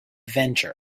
venture